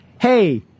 Hey